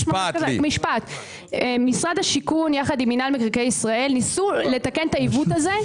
משרד השיכון יחד עם מנהל מקרקעי ישראל ניסו לתקן את העיוות הזה,